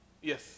Yes